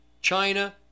China